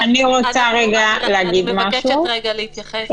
אני מבקשת להתייחס.